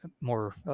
more